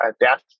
death